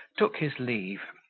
took his leave,